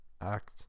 act